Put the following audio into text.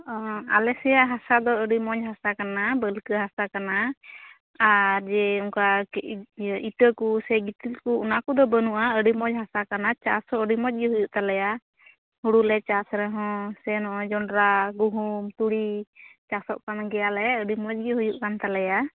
ᱟᱞᱮ ᱥᱮᱭᱟᱜ ᱦᱟᱥᱟ ᱫᱚ ᱟᱹᱰᱤ ᱢᱚᱡᱽ ᱦᱟᱥᱟ ᱠᱟᱱᱟ ᱵᱟᱹᱞᱠᱟᱹ ᱦᱟᱥᱟ ᱠᱟᱱᱟ ᱟᱨ ᱡᱮ ᱚᱱᱠᱟ ᱤᱫ ᱤᱛᱟᱹ ᱠᱚ ᱥᱮ ᱜᱤᱛᱤᱞ ᱠᱚ ᱚᱱᱟ ᱠᱚᱫᱚ ᱵᱟᱹᱱᱩᱜᱼᱟ ᱟᱹᱰᱤ ᱢᱚᱡᱽ ᱦᱟᱥᱟ ᱠᱟᱱᱟ ᱪᱟᱥ ᱦᱚᱸ ᱟᱹᱰᱤ ᱢᱚᱡᱽ ᱜᱮ ᱦᱩᱭᱩᱜ ᱛᱟᱞᱮᱭᱟ ᱦᱳᱲᱳ ᱞᱮ ᱪᱟᱥ ᱨᱮᱦᱚᱸ ᱥᱮ ᱱᱚᱜᱼᱚᱸᱭ ᱡᱚᱱᱰᱨᱟ ᱜᱩᱦᱩᱢ ᱛᱩᱲᱤ ᱪᱟᱥᱚᱜ ᱠᱟᱱ ᱜᱮᱭᱟ ᱞᱮ ᱟᱹᱰᱤ ᱢᱚᱡᱽ ᱜᱮ ᱦᱩᱭᱩᱜ ᱠᱟᱱ ᱛᱟᱞᱮᱭᱟ